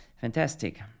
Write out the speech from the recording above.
Fantastic